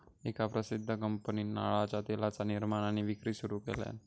एका प्रसिध्द कंपनीन नारळाच्या तेलाचा निर्माण आणि विक्री सुरू केल्यान